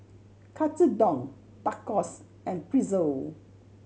Katsudon Tacos and Pretzel